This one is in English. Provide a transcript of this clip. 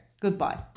Goodbye